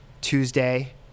Tuesday